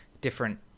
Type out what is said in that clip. different